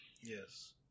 Yes